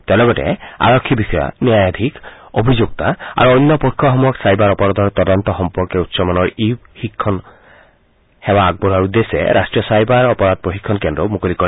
তেওঁ লগতে আৰক্ষী বিষয়া ন্যায়ধীশ অভিযোক্তা আৰু অন্য পক্ষসমূহক ছাইবাৰ অপৰাধৰ তদন্ত সম্পৰ্কে উচ্চমানৰ ই শিক্ষণ সেৱা আগবঢ়োৱাৰ উদ্দেশ্যে ৰাষ্ট্ৰীয় ছাইবাৰ অপৰাধ প্ৰশিক্ষণ কেন্দ্ৰও মুকলি কৰে